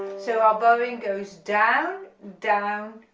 so our bowing goes down, down,